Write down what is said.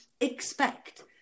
expect